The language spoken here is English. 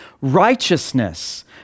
righteousness